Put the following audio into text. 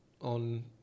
on